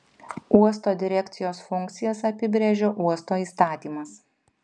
uosto direkcijos funkcijas apibrėžia uosto įstatymas